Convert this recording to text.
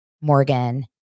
Morgan